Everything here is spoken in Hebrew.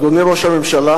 אדוני ראש הממשלה,